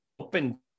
open